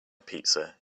pizza